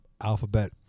Alphabet